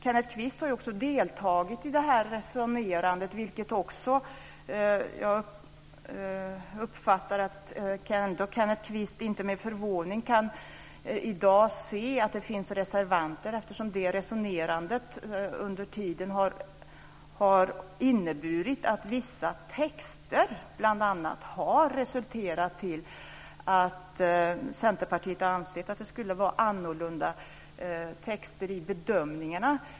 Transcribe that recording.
Kenneth Kvist har ju också deltagit i det här resonerandet. Jag tror inte att Kenneth Kvist kan vara förvånad över att det finns reservanter i dag. Resonerandet har resulterat i att Centerpartiet har ansett att texterna skulle vara annorlunda när det gäller bedömningarna.